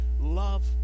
love